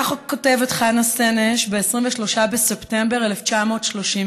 כך כותבת חנה סנש ב-23 בספטמבר 1939: